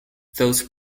those